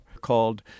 called